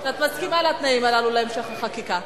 את מסכימה לתנאים הללו להמשך החקיקה.